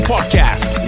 Podcast